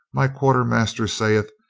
my quartermaster saith,